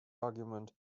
argument